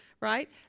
right